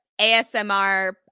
ASMR